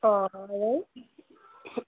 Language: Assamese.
অঁ